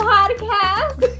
Podcast